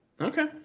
Okay